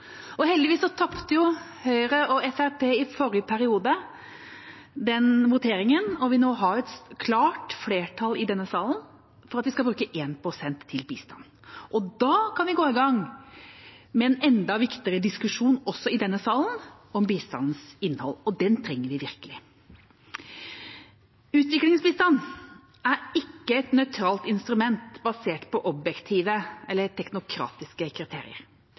innhold. Heldigvis tapte Høyre og Fremskrittspartiet i forrige periode den voteringen, og vi har nå et klart flertall i denne salen for at vi skal bruke 1 pst. til bistand. Da kan vi gå i gang med en enda viktigere diskusjon også i denne salen, om bistandens innhold, og den trenger vi virkelig. Utviklingsbistand er ikke et nøytralt instrument basert på objektive eller teknokratiske kriterier.